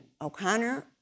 O'Connor